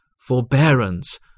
forbearance